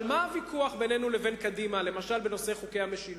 על מה הוויכוח בינינו לבין קדימה למשל בנושא המשילות?